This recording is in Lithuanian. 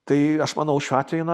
tai aš manau šiuo atveju na